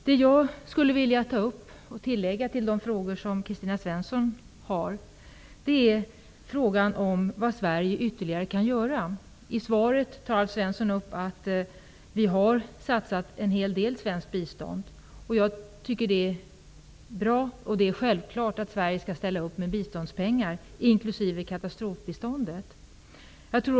Det jag vill ta upp och tillägga till de frågor som Kristina Svensson hade är frågan om vad Sverige ytterligare kan göra. I svaret tar Alf Svensson upp att en hel del svenskt bistånd har satsats. Jag tycker att det är bra. Det är självklart att Sverige skall ställa upp med biståndspengar inklusive katastrofbiståndet.